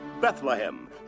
Bethlehem